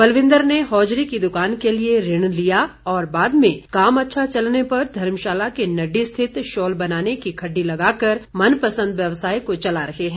बलविंदर ने हौजरी की द्रकान के लिए ऋण लिया और बाद में काम अच्छा चलने पर धर्मशाला के नड्डी स्थित शॉल बनााने की खड्डी लगाकर मन पसंद व्यसाय को चला रहे हैं